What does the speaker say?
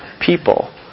people